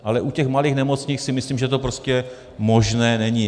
Ale u těch malých nemocnic si myslím, že to prostě možné není.